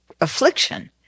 affliction